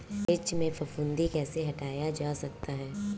मिर्च में फफूंदी कैसे हटाया जा सकता है?